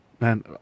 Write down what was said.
Man